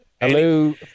Hello